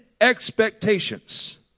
expectations